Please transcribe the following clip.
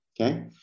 okay